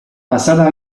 passata